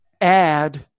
add